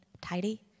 tidy